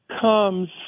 comes